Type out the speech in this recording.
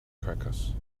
crackers